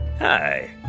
Hi